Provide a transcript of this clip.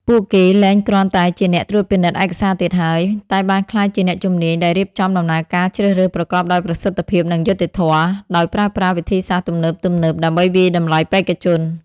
ពួកគេលែងគ្រាន់តែជាអ្នកត្រួតពិនិត្យឯកសារទៀតហើយ តែបានក្លាយជាអ្នកជំនាញដែលរៀបចំដំណើរការជ្រើសរើសប្រកបដោយប្រសិទ្ធភាព និងយុត្តិធម៌ ដោយប្រើប្រាស់វិធីសាស្ត្រទំនើបៗដើម្បីវាយតម្លៃបេក្ខជន។